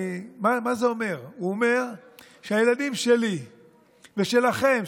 זה אומר שהילדים שלי ושלכם,